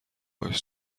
کاش